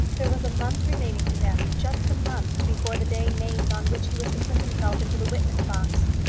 there was a month remaining to him, just a month before the day named on which he was to put himself into the witness-box.